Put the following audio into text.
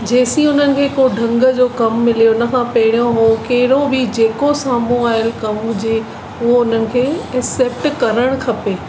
जेसिताईं उन्हनि खे को ढंग जो कमु मिले उनखां पहिरियों उहो कहिड़ो बि जेको साम्हूं आयल कमु हुजे उहो उन्हनि खे एसेप्ट करणु खपे